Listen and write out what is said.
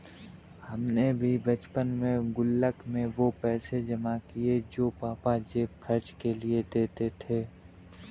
हमने भी बचपन में गुल्लक में वो पैसे जमा किये हैं जो पापा जेब खर्च के लिए देते थे